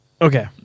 Okay